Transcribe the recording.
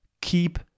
keep